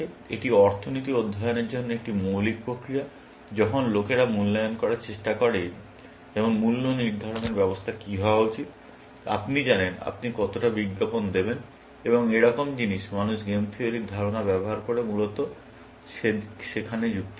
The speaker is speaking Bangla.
এটি অর্থনীতি অধ্যয়নের জন্য একটি মৌলিক প্রক্রিয়া যখন লোকেরা মূল্যায়ন করার চেষ্টা করে যেমন মূল্য নির্ধারণের ব্যবস্থা কী হওয়া উচিত আপনি জানেন আপনি কতটা বিজ্ঞাপন দেবেন এবং এরকম জিনিস মানুষ গেম থিওরির ধারণা ব্যবহার করে মূলত সেখানে যুক্তি দিতে